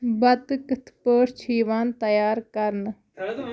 بَتہٕ کِتھ پٲٹھۍ چھِ یِوان تیار کرنہٕ